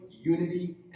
unity